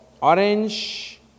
Orange